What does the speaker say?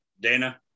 Dana